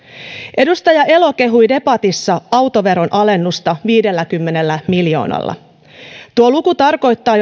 edustaja elo kehui debatissa autoveron alennusta viidelläkymmenellä miljoonalla tuo luku tarkoittaa